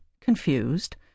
confused